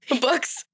books